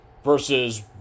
versus